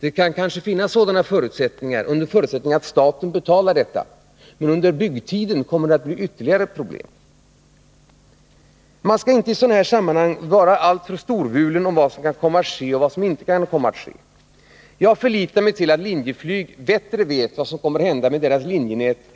Det kan kanske finnas sådana förutsättningar om staten betalar detta, men under byggtiden kommer det att bli ytterligare problem. Man skall i sådana här sammanhang inte vara alltför storvulen när det gäller vad som kan komma att ske och vad som inte kommer att ske. Jag förlitar mig på att Linjeflyg bättre än andra vet vad som kommer att ske med dess linjenät.